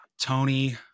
Tony